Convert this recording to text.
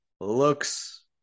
looks